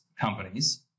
companies